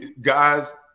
guys